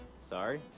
sorry